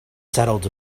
settled